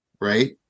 right